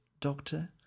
Doctor